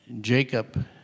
Jacob